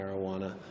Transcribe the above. marijuana